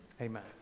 Amen